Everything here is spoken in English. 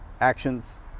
actions